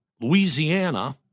Louisiana